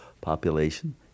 population